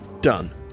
Done